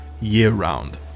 year-round